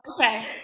Okay